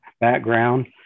background